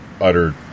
utter